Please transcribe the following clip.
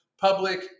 public